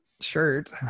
shirt